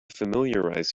familiarize